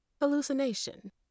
hallucination